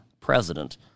president